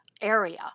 area